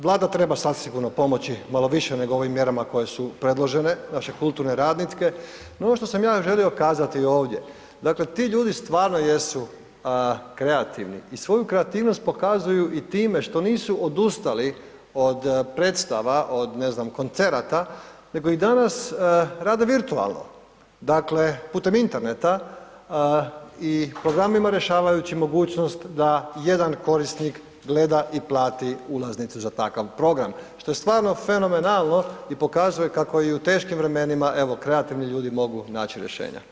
Vlada treba zasigurno pomoći malo više nego ovim mjerama koje su predložene nape kulturne radnike no ono što sam ja želio kazati ovdje, dakle ti ljudi stvarno jesu kreativni i svoju kreativnost pokazuju i time što nisu odustali od predstava, od ne znam koncerata nego i danas rade virtualno, dakle putem interneta i programima rješavajući mogućnost da jedan korisnik gleda i plati ulaznicu za takav program što je stvarno fenomenalno i pokazuje kako i u teškim vremenima evo kreativni ljudi mogu naći rješenja.